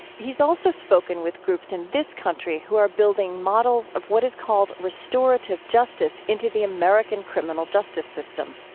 he's also spoken with groups in this country who are building models of what is called restorative justice into the american criminal justice system.